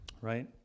right